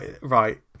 right